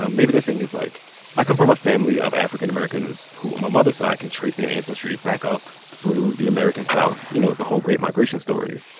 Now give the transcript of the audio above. maybe the thing is like i come from a family of african-americans who, on my mother's side, can trace their ancestry back up through the american south, you know, the whole great migration story.